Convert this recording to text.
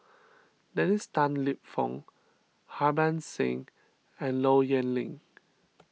Dennis Tan Lip Fong Harbans Singh and Low Yen Ling